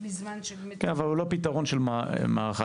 כן אבל זה לא פתרון מלא.